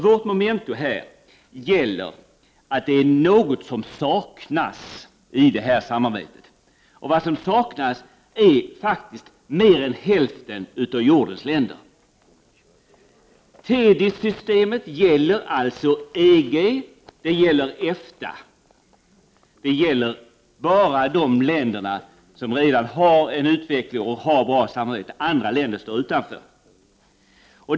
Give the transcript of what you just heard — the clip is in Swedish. Vårt memento här gäller att det är något som saknas i samarbetet. Det som saknas är mer än hälften av jordens länder. TEDIS-systemet gäller EG och EFTA länderna, alltså bara de länder som redan har god utveckling och gott samarbete. Andra länder står utanför.